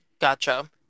gotcha